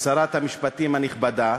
שרת המשפטים הנכבדה?